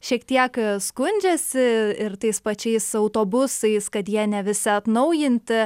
šiek tiek skundžiasi ir tais pačiais autobusais kad jie ne visi atnaujinti